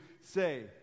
say